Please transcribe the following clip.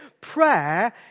Prayer